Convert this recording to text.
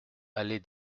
allée